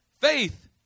Faith